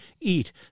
eat